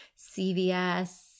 CVS